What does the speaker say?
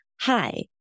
hi